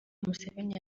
museveni